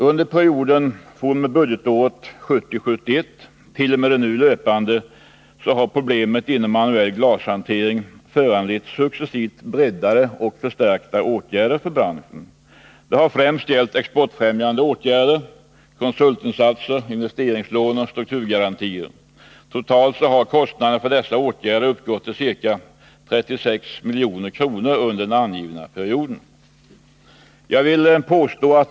Under perioden fr.o.m. budgetåret 1970/71 t.o.m. det nu löpande budgetåret har problemen inom den manuella glashanteringen föranlett successivt breddade och förstärkta statliga åtgärder för branschen. Det har främst gällt exportfrämjande åtgärder, konsultinsatser, investeringslån och strukturgarantier. Totalt har kostnaderna för dessa åtgärder uppgått till ca 36 milj.kr. under den angivna perioden.